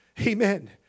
amen